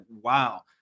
wow